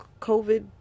covid